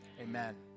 amen